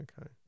Okay